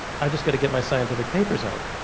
i've just gotta get my scientific papers out.